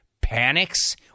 panics